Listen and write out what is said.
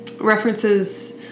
references